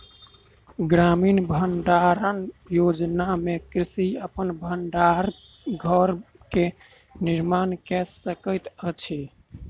ग्रामीण भण्डारण योजना में कृषक अपन भण्डार घर के निर्माण कय सकैत अछि